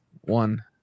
One